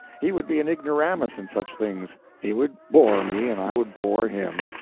he would be an ignoramus in such things he would bore me, and i would bore him.